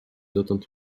dotąd